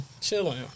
chilling